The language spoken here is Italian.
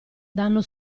danno